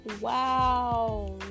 wow